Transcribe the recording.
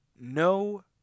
no